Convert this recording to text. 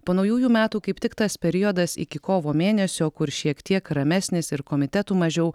po naujųjų metų kaip tik tas periodas iki kovo mėnesio kur šiek tiek ramesnis ir komitetų mažiau